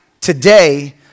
today